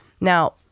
Now